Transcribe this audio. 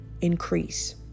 increase